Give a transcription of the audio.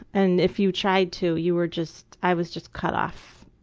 and if you tried to, you were just, i was just cut off.